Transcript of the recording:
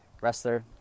wrestler